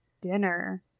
dinner